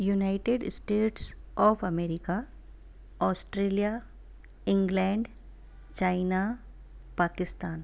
United States of America Australia England China Pakistan